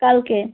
কালকে